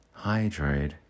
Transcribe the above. hydride